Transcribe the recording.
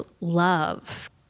love